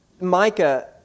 Micah